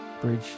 bridge